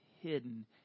hidden